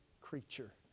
creature